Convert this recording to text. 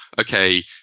okay